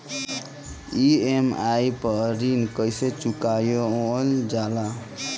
EMI पर ऋण कईसे चुकाईल जाला?